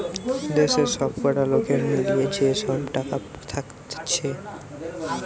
দেশের সবকটা লোকের মিলিয়ে যে সব টাকা থাকছে